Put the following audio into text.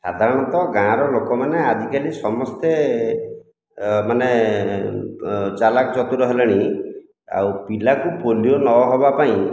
ସାଧାରଣତଃ ଗାଁର ଲୋକମାନେ ଆଜିକାଲି ସମସ୍ତେ ମାନେ ଚାଲାକ ଚତୁର ହେଲେଣି ଆଉ ପିଲାକୁ ପୋଲିଓ ନ ହେବା ପାଇଁ